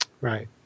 Right